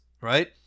right